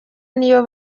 niyo